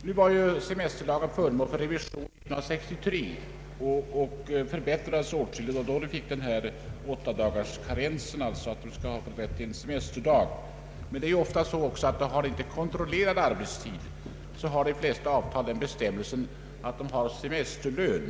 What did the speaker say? Nu var semesterlagen föremål för revision år 1963 och förbättrades då avsevärt. Det var då vi fick bestämmelsen om en karens på åtta dagar för rätt till en semesterdag. Om det inte föreligger kontrollerad arbetstid, kan enligt de flesta avtal i stället utgå semesterlön.